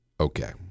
Okay